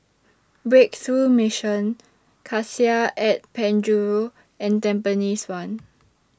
Breakthrough Mission Cassia At Penjuru and Tampines one